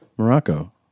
Morocco